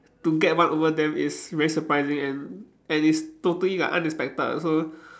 to get one over them is very surprising and and is totally like unexpected so